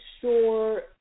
sure